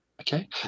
Okay